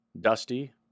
Dusty